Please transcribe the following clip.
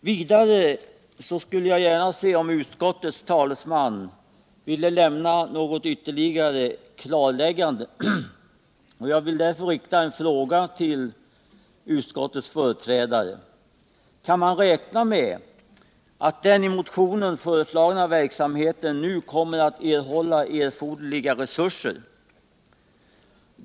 Vidare skulle jag gärna vilja att utskottets talesman lämnade ett ytterligare klarläggande. Jag riktar därför en fråga till utskottets företrädare: Kan man räkna med att den i motionen föreslagna verksamheten nu kommer att erhålla erforderliga resurser?